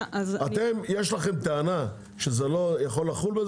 יש לכם טענה שזה לא יכול לחול?